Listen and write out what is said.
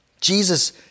Jesus